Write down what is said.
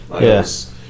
yes